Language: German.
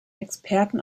experten